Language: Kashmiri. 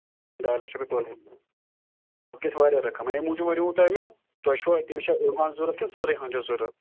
ڈاے لَچھ رۄپیہِ پٔر گژھِ واریاہ رَقَم اَمہِ موٗجوٗب وَنیمو تۄہہِ مےٚ تۄہہِ چھُوا تٔمِس چھا أڑہن ضوٚرتھ کِنہٕ سٲرٕے ہن چھَس ضوٚرتھ